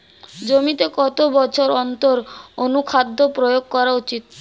জমিতে কত বছর অন্তর অনুখাদ্য প্রয়োগ করা উচিৎ?